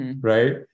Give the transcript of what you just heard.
right